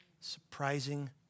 Surprising